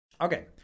Okay